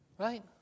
Right